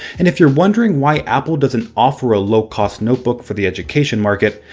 and if you're wondering why apple doesn't offer a low-cost notebook for the education market,